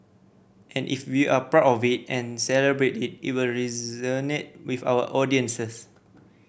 and if we are proud of it and celebrate it it will resonate with our audiences